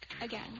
Again